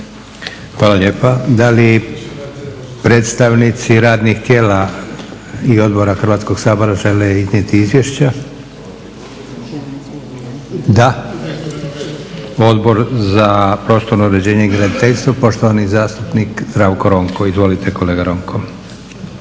Hvala lijepa. Da li predstavnici radnih tijela i odbora Hrvatskoga sabora žele iznijeti izvješća? Da. Odbor za prostorno uređenje i graditeljstvo, poštovani zastupnik Zdravko Ronko. Izvolite kolega Ronko.